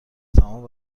تمام